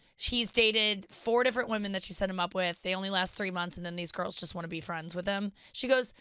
he's dated four different women that she set him up with, they only last three months and then these girls just want to be friends with him. she goes,